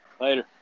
Later